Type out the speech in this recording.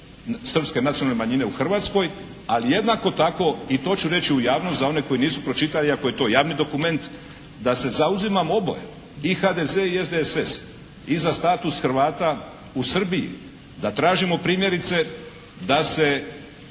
Srpske nacionalne manjine u Hrvatskoj ali jednako tako i to ću reći u javnosti za one koji nisu pročitali iako je to javni dokument, da se zauzimamo oboje i HDZ i SDSS i za status Hrvata u Srbiji. Da tražimo primjerice da se